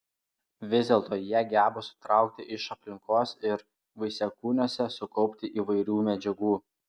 vis dėlto jie geba sutraukti iš aplinkos ir vaisiakūniuose sukaupti įvairių medžiagų